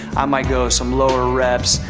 i might go some lower reps,